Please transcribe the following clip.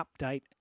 update